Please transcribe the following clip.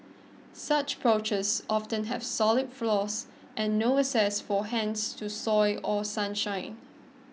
such porches often have solid floors and no access for hens to soil or sunshine